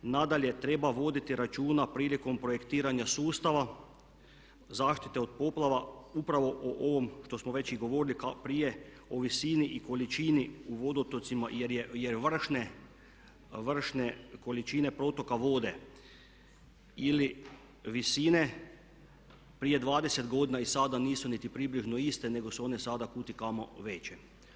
Nadalje, treba voditi računa prilikom projektiranja sustava zaštite od poplava upravo o ovom što smo već i govorili kao prije o visini i količini u vodotocima jer vršne količini protoka vode ili visine prije 20 godina i sada nisu niti približno iste nego su one sada kud i kamo veće.